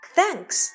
Thanks